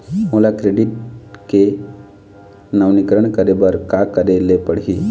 मोला क्रेडिट के नवीनीकरण करे बर का करे ले पड़ही?